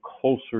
closer